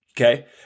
Okay